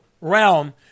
realm